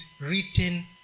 written